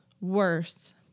worse